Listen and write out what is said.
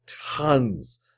tons